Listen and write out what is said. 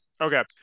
Okay